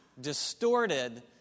distorted